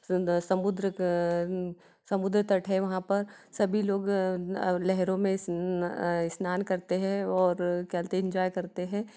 सुंदर समुद्र समुद्र तट है वहाँ पर सभी लोग लहरों में स्नान करते हैं और इंजॉय करते हैं